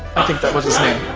i think that was his name.